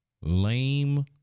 lame